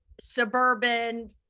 suburban